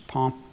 Pomp